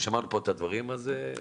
ששמענו פה את הדברים --- יעל,